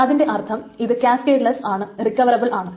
അതിൻറെ അർത്ഥം ഇത് ക്യാസ്കേഡ്ലെസ്സ് ആണ് റിക്കവറബിൾ ആണ്